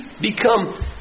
become